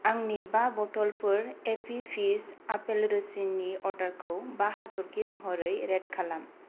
आंनि बा बथ'लफोर एप्पि फिज आपेल रोसिनि अर्डारखौ बा हाथरखि महरै रेट खालाम